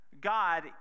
God